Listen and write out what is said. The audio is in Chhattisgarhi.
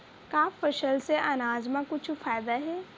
का फसल से आनाज मा कुछु फ़ायदा हे?